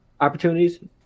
opportunities